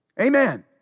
Amen